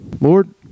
Lord